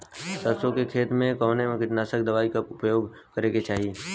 सरसों के खेत में कवने कीटनाशक दवाई क उपयोग करे के चाही?